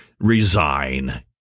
resign